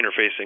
interfacing